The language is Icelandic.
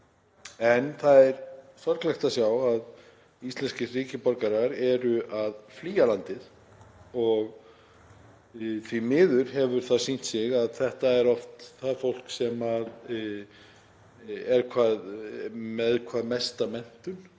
En það er sorglegt að sjá að íslenskir ríkisborgarar eru að flýja landið og því miður hefur það sýnt sig að þetta er oft það fólk sem er með hvað mesta menntun,